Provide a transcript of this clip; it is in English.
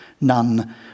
none